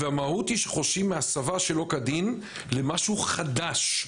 והמהות היא שחושים מהסבה שלא כדין למשהו חדש,